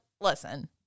listen